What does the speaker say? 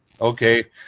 Okay